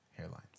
Hairlines